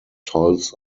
tolls